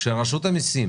כשרשות המיסים